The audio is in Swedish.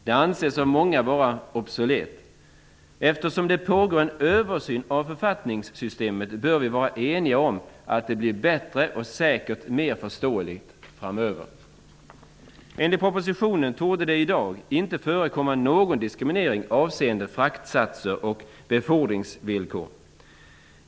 Den anses av många vara obsolet. Eftersom det pågår en översyn av författningssystemet bör vi vara eniga om att det blir bättre och säkert mer förståeligt framöver. Enligt propositionen torde det i dag inte förekomma någon diskriminering avseende fraktsatser och befordringsvillkor.